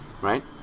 Right